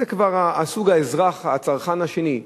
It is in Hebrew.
אז זה כבר סוג האזרח, הצרכן השני,